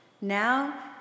Now